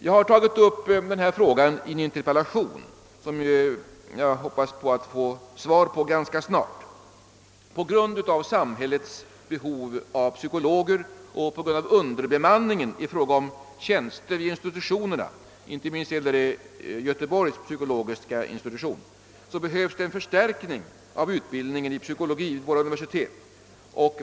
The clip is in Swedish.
Jag har tagit upp denna fråga i en interpellation som jag hoppas få svar på ganska snart. På grund av samhällets behov av psykologer och underbeman ningen i fråga om tjänster vid institutionerna — inte minst vid psykologiska institutionen i Göteborg — behövs det en förstärkning av utbildningen i psykologi vid våra universitet.